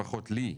לפחות לי,